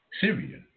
Syria